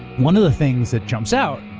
one of the things that jumps out,